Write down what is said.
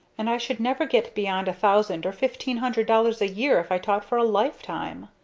and i should never get beyond a thousand or fifteen hundred dollars a year if i taught for a lifetime.